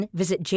visit